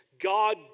God